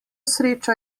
sreča